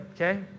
Okay